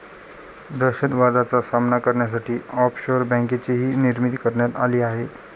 दहशतवादाचा सामना करण्यासाठी ऑफशोअर बँकेचीही निर्मिती करण्यात आली आहे